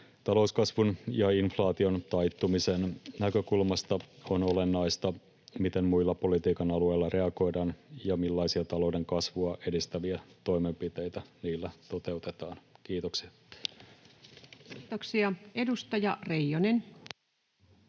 Talouskasvun ja inflaation taittumisen näkökulmasta on olennaista, miten muilla politiikan alueilla reagoidaan ja millaisia talouden kasvua edistäviä toimenpiteitä niillä toteutetaan. — Kiitoksia. [Speech